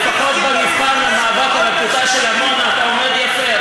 לפחות במבחן על המאבק על אחדותה של עמונה אתה עומד יפה.